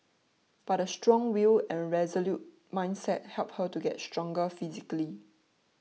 but a strong will and resolute mindset helped her to get stronger physically